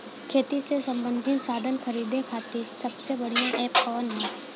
खेती से सबंधित साधन खरीदे खाती सबसे बढ़ियां एप कवन ह?